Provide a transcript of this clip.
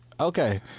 Okay